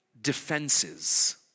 defenses